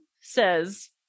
says